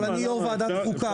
אבל יושב-ראש ועדת חוקה,